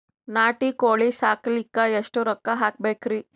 ನಾಟಿ ಕೋಳೀ ಸಾಕಲಿಕ್ಕಿ ಎಷ್ಟ ರೊಕ್ಕ ಹಾಕಬೇಕ್ರಿ?